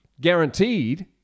guaranteed